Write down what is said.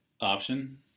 option